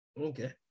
okay